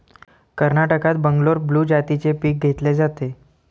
कर्नाटकात बंगलोर ब्लू जातीचे पीक घेतले जाते